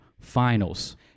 Finals